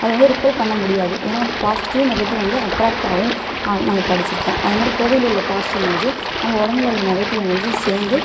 அதுவந்து ரிப்பர் பண்ண முடியாது ஏன்னால் பாசிட்டிவ் நெகட்டிவ் வந்து அட்ராக்ட் ஆகும் நம்ம படிச்சுருப்போம் அதேமாதிரி கோவிலில் உள்ள பாசிட்டிவ் எனர்ஜியும் நம்ம உடம்புல உள்ள நெகட்டிவ் எனர்ஜியும் சேர்ந்து